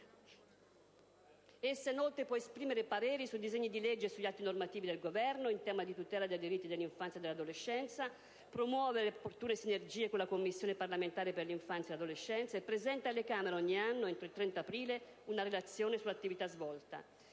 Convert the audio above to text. Essa, inoltre, può esprimere pareri sui disegni di legge e sugli atti normativi del Governo in tema di tutela dei diritti dell'infanzia e dell'adolescenza; promuove le opportune sinergie con la Commissione parlamentare per l'infanzia e l'adolescenza e presenta alle Camere ogni anno - entro il 30 aprile - una relazione sull'attività svolta.